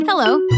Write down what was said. Hello